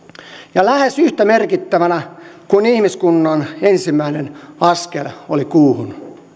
ja lähes yhtä merkittävänä kuin ihmiskunnan ensimmäinen askel oli kuuhun